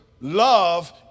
love